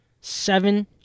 seven